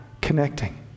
connecting